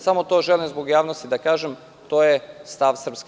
Samo to želim zbog javnosti da kažem, to je stav SNS.